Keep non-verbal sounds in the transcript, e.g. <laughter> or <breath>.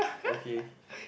okay <breath>